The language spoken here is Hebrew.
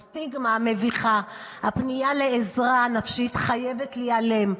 הסטיגמה המביכה שבפנייה לעזרה נפשית חייבת להיעלם.